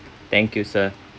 thank you sir